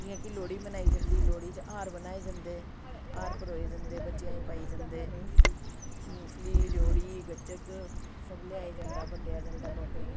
जि'यां कि लोह्ड़ी मनाई जन्दी लोह्ड़ी च हार बनाए जन्दे हार परोये जन्दे बच्चेआं ई पाए जन्दे मूंगफली रेओड़ी गच्चक सब लेआया जंदा बंडेआ जंदा लोकें ई